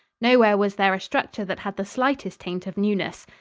nowhere was there a structure that had the slightest taint of newness.